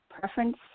preference